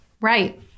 Right